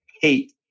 hate